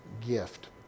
gift